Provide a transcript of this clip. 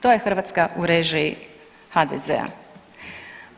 To je Hrvatska u režiji HDZ-a.